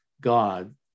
God